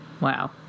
Wow